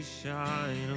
shine